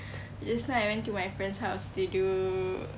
just now I went to my friend's house to do